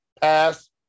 pass